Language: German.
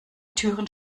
türen